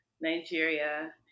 Nigeria